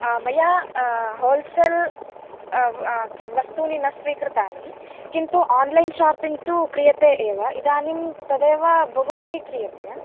मया होल्सल् किं वस्तूनि न स्वीकृतानि किन्तु आन्लैन् शापिङ्ग् तु क्रियते एव इदानीं तदेव बहुभिः क्रियते